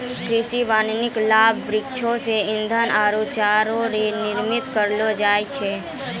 कृषि वानिकी लाभ वृक्षो से ईधन आरु चारा रो निर्यात करलो जाय छै